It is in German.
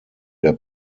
der